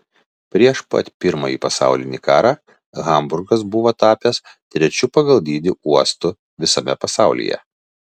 prieš pat pirmąjį pasaulinį karą hamburgas buvo tapęs trečiu pagal dydį uostu visame pasaulyje